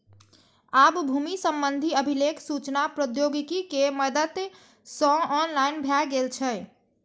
आब भूमि संबंधी अभिलेख सूचना प्रौद्योगिकी के मदति सं ऑनलाइन भए गेल छै